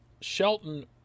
Shelton